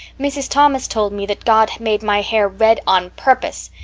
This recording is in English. mrs. thomas told me that god made my hair red on purpose,